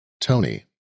Tony